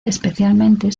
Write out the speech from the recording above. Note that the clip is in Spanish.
especialmente